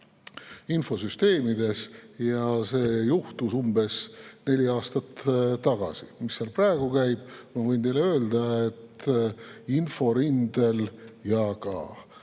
infosüsteemides. See juhtus umbes neli aastat tagasi. Mis seal praegu käib? Ma võin teile öelda, et inforindel ja ka